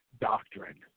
doctrine